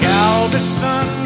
Galveston